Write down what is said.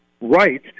right